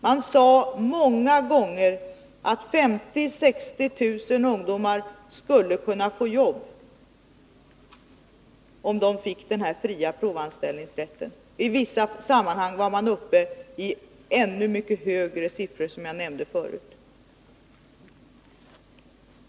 Man sade många gånger att 50 000-60 000 ungdomar skulle kunna få jobb, om den fria provanställningsrätten infördes. I vissa sammanhang angav man ännu mycket högre siffror, som jag nämnde tidigare.